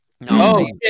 No